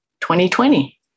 2020